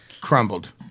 Crumbled